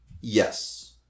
Yes